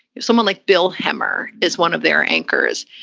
if someone like bill hemmer is one of their anchors,